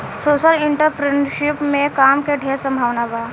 social entrepreneurship में काम के ढेर संभावना बा